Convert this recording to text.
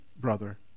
brother